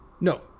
no